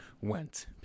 went